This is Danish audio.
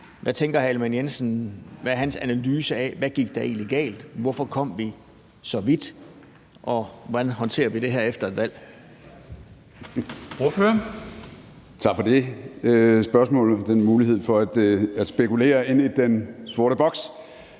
Ellemann-Jensen om det, og hvad er hans analyse af, hvad der gik galt, hvorfor kom det så vidt, og hvordan håndterer vi det her efter et valg?